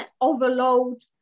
overload